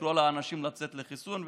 לקרוא לאנשים לצאת לחיסון,